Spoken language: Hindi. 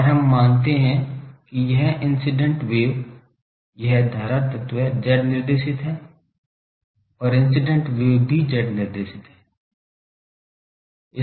और हम मानते हैं कि यह इंसीडेंट वेव यह धारा तत्व z निर्देशित है और इंसीडेंट वेव भी z निर्देशित है